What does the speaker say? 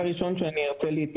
היא,